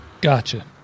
Gotcha